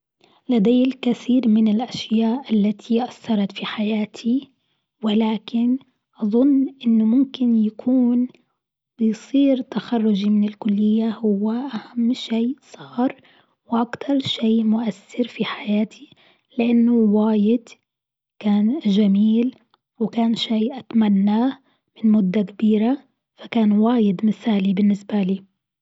لدي الكثير من الأشياء التي أثرت في حياتي ولكن أظن إنه ممكن يكون بيصير تخرجي من الكلية هو أهم شيء صار وأكتر شيء مؤثر في حياتي لأنه واجد كان جميل وكان شيء اتمناه لمدة كبيرة. فكان واجد مثالي بالنسبة لي.